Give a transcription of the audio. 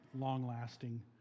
long-lasting